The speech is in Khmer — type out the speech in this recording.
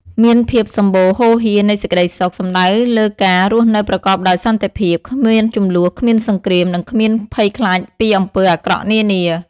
មានភាពសម្បូរហូរហៀរនៃសេចក្ដីសុខ សំដៅលលើការរស់នៅប្រកបដោយសន្តិភាព គ្មានជម្លោះ គ្មានសង្គ្រាម និងគ្មានភ័យខ្លាចពីអំពើអាក្រក់នានា។